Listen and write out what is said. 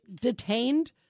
detained